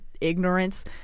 ignorance